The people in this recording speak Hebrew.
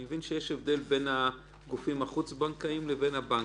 אני מבין שיש הבדל בין הגופים החוץ בנקאיים לבין הבנקים.